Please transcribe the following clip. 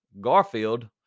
Garfield